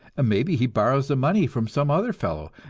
maybe he borrows the money from some other fellow,